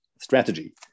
strategy